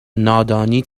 نادانی